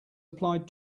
applied